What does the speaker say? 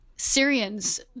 Syrians